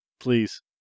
Please